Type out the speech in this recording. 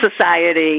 Society